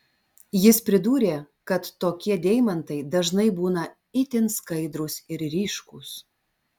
jis pridūrė kad tokie deimantai dažnai būna itin skaidrūs ir ryškūs